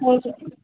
हो सर